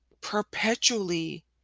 perpetually